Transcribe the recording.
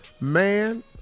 Man